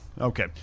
Okay